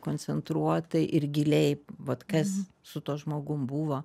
koncentruotai ir giliai vat kas su tuo žmogum buvo